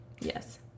yes